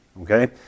Okay